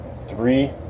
three